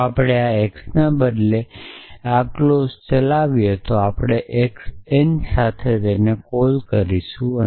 જો આપણે આ x ના બદલીએ કે કલમ ચાલશે અને આપણે x n સાથે કોલ કરીશું